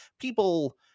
people